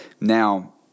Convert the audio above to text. Now